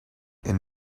and